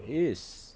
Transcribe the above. it is